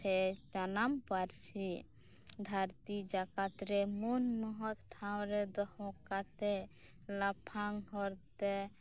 ᱥᱮ ᱡᱟᱱᱟᱢ ᱯᱟᱹᱨᱥᱤ ᱫᱷᱟᱹᱨᱛᱤ ᱡᱟᱠᱟᱛ ᱨᱮ ᱢᱟᱹᱱ ᱢᱚᱦᱚᱛ ᱴᱷᱟᱶ ᱨᱮ ᱫᱚᱦᱚ ᱠᱟᱛᱮᱫ ᱞᱟᱯᱷᱟᱝ ᱦᱚᱨᱛᱮ